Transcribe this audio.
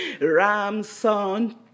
ramson